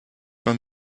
man